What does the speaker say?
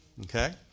Okay